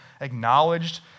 acknowledged